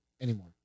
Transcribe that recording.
anymore